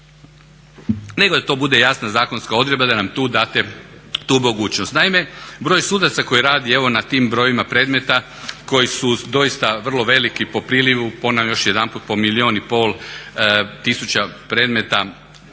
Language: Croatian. nego da to bude jasna zakonska odredba da nam tu date tu mogućnost. Naime, broj sudaca koji radi evo na tim brojevima predmeta koji su doista vrlo veliki po prilivu, ponavljam još jedanput po milijun i pol tisuća predmeta